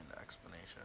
explanation